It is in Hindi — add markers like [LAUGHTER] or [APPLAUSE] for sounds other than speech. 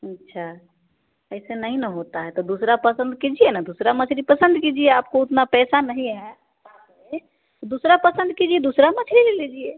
अच्छा ऐसे नहीं न होता है तो दूसरा पसन्द कीजिए न दूसरा मछली पसन्द कीजिए आपको उतना पैसा नहीं है [UNINTELLIGIBLE] तो दूसरा पसन्द कीजिए दूसरा मछली ले लीजिए